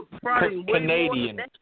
Canadian